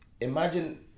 imagine